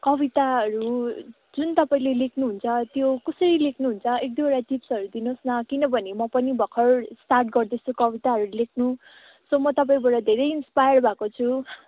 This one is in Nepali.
कविताहरू जुन तपाईँले लेख्नुहुन्छ त्यो कसरी लेख्नुहुन्छ एक दुईवटा टिप्सहरू दिनुहोस् न किनभने म पनि भर्खर स्टार्ट गर्दैछु कविताहरू लेख्नु सो म तपाईँबाट धेरै इन्सपायर भएको छु